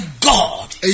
God